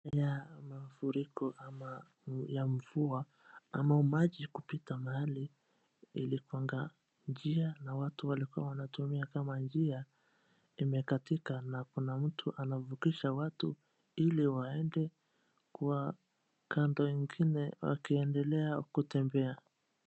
Mafuriko ya mvua ama maji kupita mahali ilikuanga njia na watu walikua wanatumia kama njia, imekatika na kuna mtu anavukisha watu ili waende kwa kando ngine wakiendelea kutembea.